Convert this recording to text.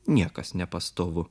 niekas nepastovu